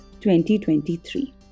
2023